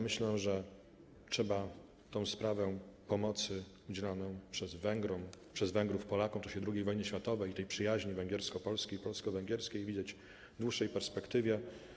Myślę, że trzeba tę sprawę pomocy udzielanej przez Węgrów Polakom w czasie II wojny światowej, tej przyjaźni węgiersko-polskiej, polsko-węgierskiej, widzieć w dłuższej perspektywie.